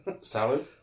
Salad